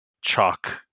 chalk